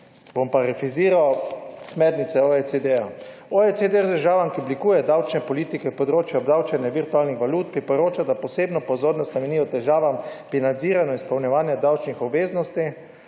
Parafraziral bom smernice OECD. OECD državam, ki oblikujejo davčne politike na področju obdavčenja virtualnih valut priporoča, da posebno pozornost namenijo težavam pri nadziranju izpolnjevanja davčnih obveznosti,